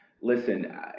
listen